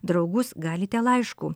draugus galite laišku